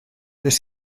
beth